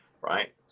right